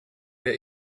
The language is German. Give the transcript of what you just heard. der